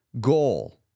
goal